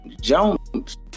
Jones